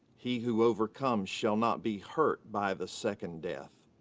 he who overcomes shall not be hurt by the second death.